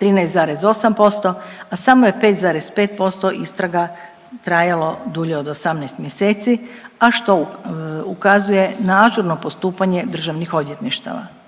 13,8%, a samo je 5,5% istraga trajalo dulje od 18 mjeseci, a što ukazuje na ažurno postupanje državnih odvjetništava.